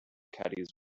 caddies